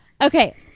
Okay